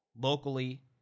locally